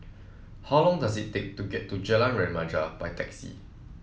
how long does it take to get to Jalan Remaja by taxi